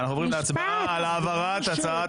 אנחנו עוברים להצבעה על העברת הצעת